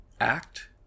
act